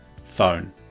phone